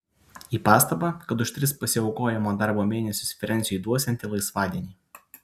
į pastabą kad už tris pasiaukojamo darbo mėnesius frensiui duosianti laisvadienį